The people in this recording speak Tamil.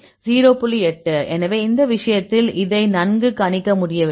8 எனவே இந்த விஷயத்தில் இதை நன்கு கணிக்க முடியவில்லை